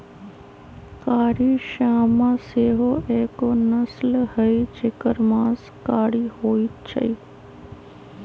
कारी श्यामा सेहो एगो नस्ल हई जेकर मास कारी होइ छइ